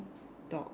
dog